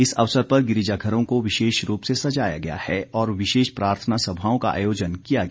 इस अवसर पर गिरिजाघरों को विशेष रूप से सजाया गया है और विशेष प्रार्थना सभाओं का आयोजन किया गया